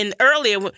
earlier